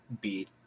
beat